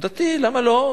דתי, למה לא?